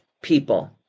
people